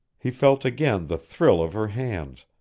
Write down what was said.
he felt again the thrill of her hands,